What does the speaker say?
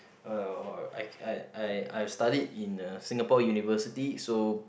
uh I I I I've studied in a Singapore University so